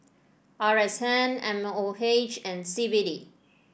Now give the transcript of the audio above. R S N M O H and C B D